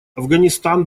афганистан